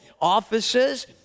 offices